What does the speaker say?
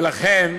לכן,